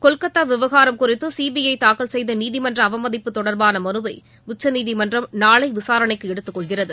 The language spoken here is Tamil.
கொல்கத்தா விவகாரம் குறித்து சிபிஐ தாக்கல் செய்த நீதிமன்ற அவமதிப்பு தொடர்பான மனுவை உச்சநீதிமன்றம் நாளை விசாரணைக்கு எடுத்துக் கொள்கிறது